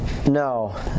No